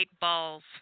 balls